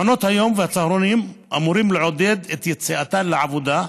מעונות היום והצהרונים אמורים לעודד את יציאתן לעבודה,